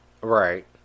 right